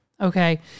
okay